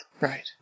Right